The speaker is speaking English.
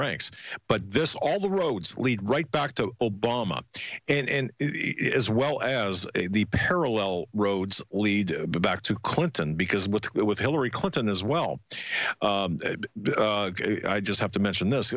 ranks but this all the roads lead right back to obama and as well as the parallel roads lead back to clinton because with with hillary clinton as well i just have to mention th